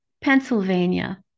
Pennsylvania